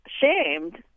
shamed